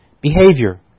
behavior